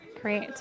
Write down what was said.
Great